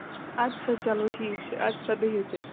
اَدٕ سا چَلو ٹھیٖک چھُ اَدٕ سا بِہو تیٚلہِ